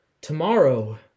tomorrow